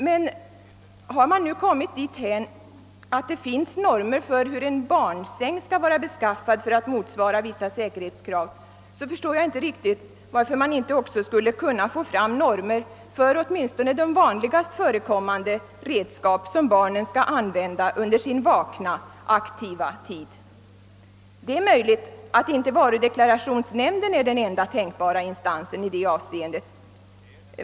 Men har man nu kommit dithän att det finns normer för hur en barnsäng skall vara beskaffad för att motsvara vissa säkerhetskrav, så förstår jag inte varför man inte också skulle kunna få fram normer för åtminstone de vanligast förekommande redskap som barnen skall använda under sin vakna, aktiva tid. Det är möjligt att inte varudeklarationsnämnden är den enda tänkbara instansen i det avseendet.